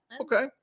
Okay